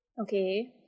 Okay